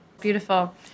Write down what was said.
Beautiful